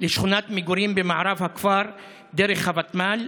לשכונת מגורים במערב הכפר דרך הוותמ"ל,